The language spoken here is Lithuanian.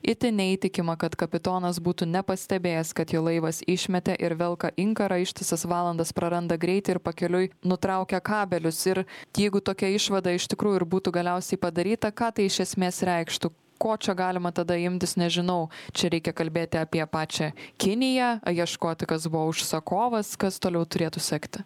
itin neįtikima kad kapitonas būtų nepastebėjęs kad jo laivas išmetė ir velka inkarą ištisas valandas praranda greitį ir pakeliui nutraukia kabelius ir jeigu tokia išvada iš tikrųjų ir būtų galiausiai padaryta ką tai iš esmės reikštų ko čia galima tada imtis nežinau čia reikia kalbėti apie pačią kiniją a ieškoti kas buvo užsakovas kas toliau turėtų sekti